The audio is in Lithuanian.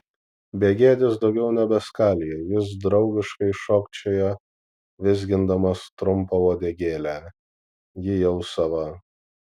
begėdis daugiau nebeskalija jis draugiškai šokčioja vizgindamas trumpą uodegėlę ji jau sava